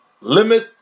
limit